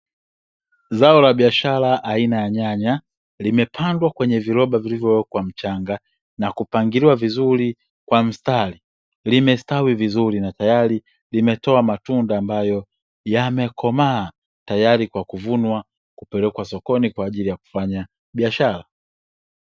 Zao la biashara aina ya nyanya limepandwa kwenye viroba vilivyowekwa mchanga na kupangiliwa vizuri kwa mstari, limestawi vizuri na tayari limetoa matunda ambayo yamekomaa tayari kwa kuvunwa kupelekwa sokoni kwa ajili ya biashara.